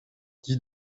dis